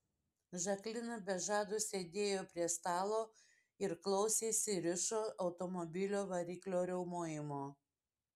žaklina be žado sėdėjo prie stalo ir klausėsi rišo automobilio variklio riaumojimo